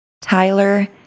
Tyler